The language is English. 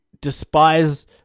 despise